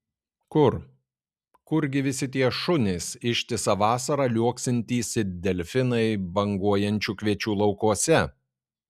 kur kurgi visi tie šunys ištisą vasarą liuoksintys it delfinai banguojančių kviečių laukuose